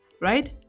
right